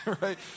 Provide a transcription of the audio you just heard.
Right